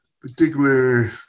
particular